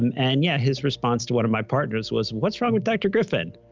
um and yeah, his response to one of my partners was, what's wrong with dr. griffin?